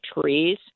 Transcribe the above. trees